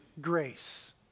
grace